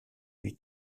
lui